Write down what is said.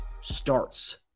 starts